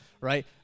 right